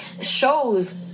shows